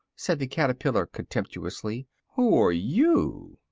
said the caterpillar contemptuously, who are you?